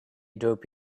dope